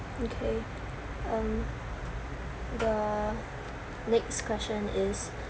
ok um the next question is